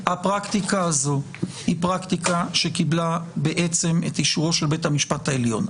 היא פרקטיקה שקיבלה בעצם את אישורו של בית המשפט העליון.